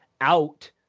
out